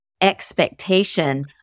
expectation